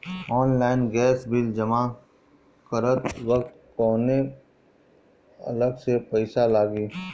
Online gas bill जमा करत वक्त कौने अलग से पईसा लागी?